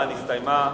ההצבעה נסתיימה.